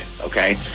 Okay